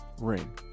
ring